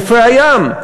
חופי הים,